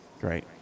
Great